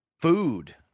food